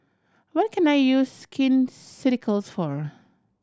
what can I use Skin Ceuticals for